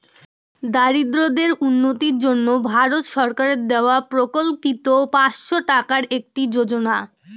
দরিদ্রদের উন্নতির জন্য ভারত সরকারের দেওয়া প্রকল্পিত পাঁচশো টাকার একটি যোজনা